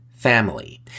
Family